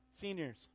seniors